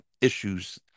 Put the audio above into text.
issues